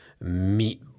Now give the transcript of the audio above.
meat